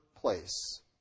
place